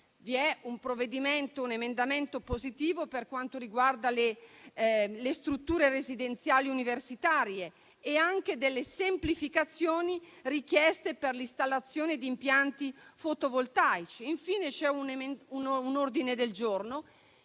Vi è un emendamento positivo per quanto riguarda le strutture residenziali universitarie e vi sono anche delle semplificazioni richieste per l'installazione di impianti fotovoltaici. Infine, c'è un ordine del giorno